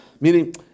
Meaning